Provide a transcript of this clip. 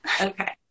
Okay